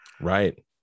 right